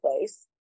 place